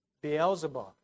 Beelzebub